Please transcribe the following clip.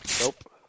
Nope